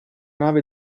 nave